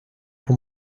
for